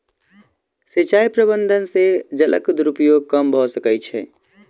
सिचाई प्रबंधन से जलक दुरूपयोग कम भअ सकै छै